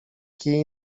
kij